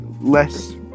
less